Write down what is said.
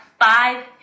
five